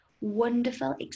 wonderful